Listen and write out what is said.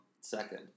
second